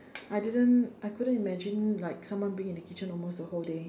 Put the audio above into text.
I didn't I couldn't imagine like someone being in the kitchen almost the whole day